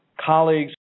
colleagues